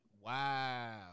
Wow